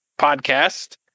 podcast